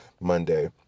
Monday